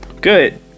Good